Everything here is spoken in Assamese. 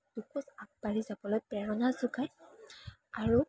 দুখোজ আগবাঢ়ি যাবলৈ প্ৰেৰণা যোগায় আৰু